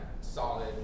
solid